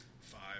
Five